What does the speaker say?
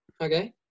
Okay